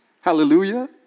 Hallelujah